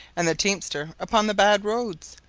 and the teamster upon the bad roads,